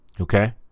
Okay